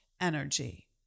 energy